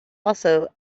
also